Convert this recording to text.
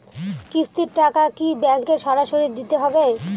কিস্তির টাকা কি ব্যাঙ্কে সরাসরি দিতে হবে?